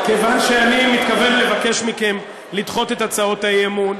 כיוון שאני מתכוון לבקש מכם לדחות את הצעות האי-אמון,